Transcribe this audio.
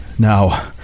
Now